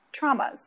traumas